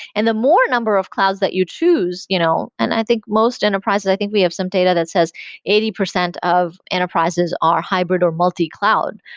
and the more number of clouds that you choose, you know and i think most enterprises, i think we have some data that says eighty percent of enterprises are hybrid or multi-cloud,